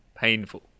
painful